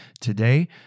today